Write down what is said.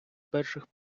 перших